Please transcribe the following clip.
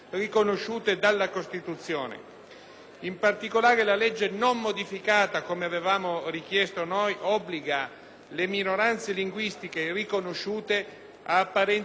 In particolare, la legge, non modificata come avevamo richiesto noi, obbliga le minoranze linguistiche riconosciute ad apparentamenti non sempre naturali;